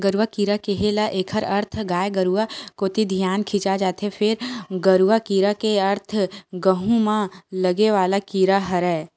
गरुआ कीरा केहे ल एखर अरथ गाय गरुवा कोती धियान खिंचा जथे, फेर गरूआ कीरा के अरथ गहूँ म लगे वाले कीरा हरय